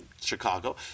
Chicago